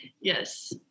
Yes